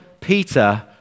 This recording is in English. Peter